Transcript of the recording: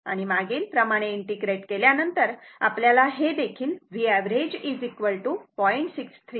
आणि मागील प्रमाणे इंटिग्रेट केल्यानंतर आपल्याला हे देखील Vऍव्हरेज 0